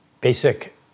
basic